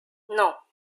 non